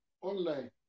online